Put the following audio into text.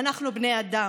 אנחנו בני אדם,